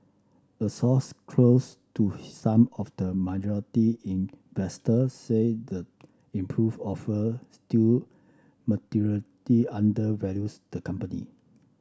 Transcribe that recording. a source close to some of the investors said the improved offer still under values the company